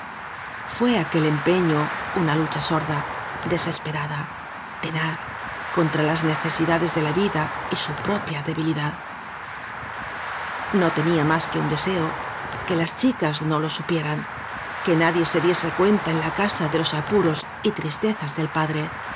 fué aquel empeño una lucha sorda deses perada tenaz contra las necesidades de la vida y su propia debilidad no tenía más que un deseo que las chicas no lo supieran que nadie se diese cuenta en la casa de los apuros y tristezas del padre